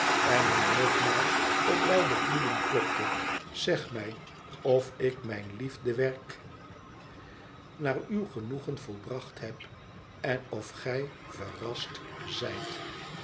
en hem nogmaals op beide knieën klopte zeg mij of ik mijn liefdewerk naar uw genoegen volbracht heb en of gij vcr r rast zijt